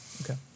Okay